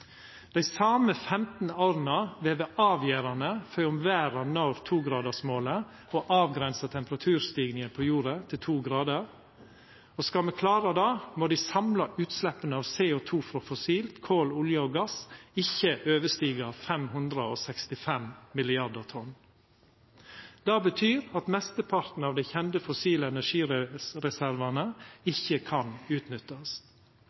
Dei same 15 åra vil vera avgjerande for om verda når togradersmålet og avgrensar temperaturstigninga på jorda til to grader. Skal me klara det, må dei samla utsleppa av CO2 frå fossil energi – kol, olje og gass – ikkje overstiga 565 mrd. tonn. Det betyr at mesteparten av dei kjende fossil energi-reservane ikkje kan utnyttast.